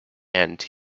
and